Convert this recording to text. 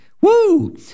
Woo